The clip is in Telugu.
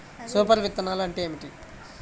సూపర్ విత్తనాలు అంటే ఏమిటి?